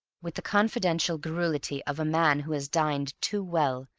with the confidential garrulity of a man who has dined too well,